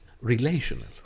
relational